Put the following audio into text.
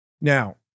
Now